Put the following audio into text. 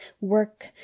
work